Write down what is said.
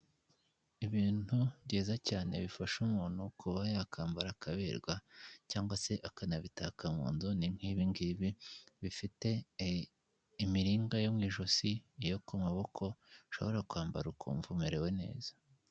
Ibintu byiza cyane bifasha umuntu kuba yakambara akaberwa cyangwa se akanabitaka munzu ni nk'ibingibi, bifite imiringa yo mu ijosi, iyo ku maboko, ushobora kwambara ukumva umerewe neza.